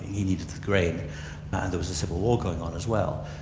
he needed the grain and there was a civil war going on as well.